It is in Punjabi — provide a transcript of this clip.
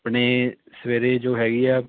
ਆਪਣੇ ਸਵੇਰੇ ਜੋ ਹੈਗੀ ਆ